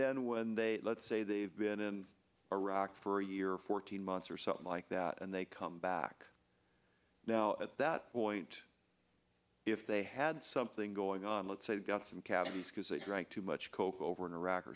then when they let's say they've been in iraq for a year fourteen months or something like that and they come back now at that point if they had something going on let's say they've got some cabbies because they drank too much coke over in iraq or